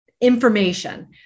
information